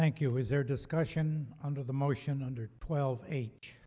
thank you was there discussion under the motion under twelve